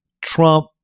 Trump